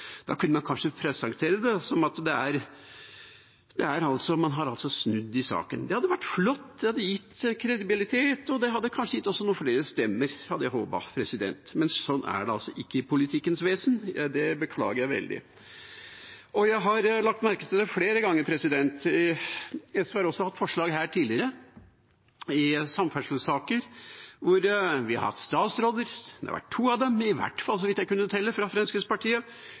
kunne man kanskje presentere det som at man altså har snudd i saken. Det hadde vært flott. Det hadde gitt kredibilitet, og det hadde kanskje også gitt noen flere stemmer, hadde jeg håpet. Men sånn er altså ikke politikkens vesen, og det beklager jeg veldig. Jeg har lagt merke til det flere ganger. SV har også hatt forslag her tidligere, i samferdselssaker, der vi har hatt statsråder fra Fremskrittspartiet, det har i hvert fall vært to av dem